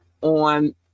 on